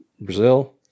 brazil